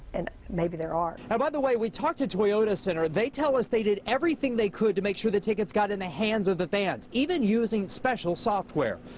and maybe there are. reporter ah by the way, we talked to toyota center. they tell us they did everything they could to make sure the tickets got in the hands of the fans. even using special software.